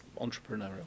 entrepreneurial